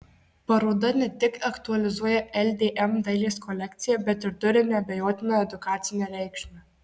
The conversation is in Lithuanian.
paroda ne tik aktualizuoja ldm dailės kolekciją bet ir turi neabejotiną edukacinę reikšmę